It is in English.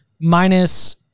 minus